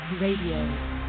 Radio